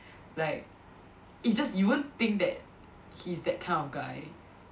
like it's just you won't think that he's that kind of guy